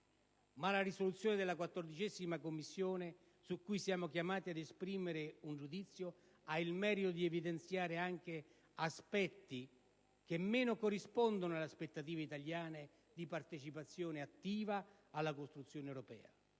Ma la risoluzione della 14a Commissione su cui siamo chiamati ad esprimere un giudizio ha il merito di evidenziare anche aspetti che meno corrispondono alle aspettative italiane di partecipazione attiva alla costruzione europea.